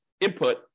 input